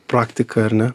praktika ar ne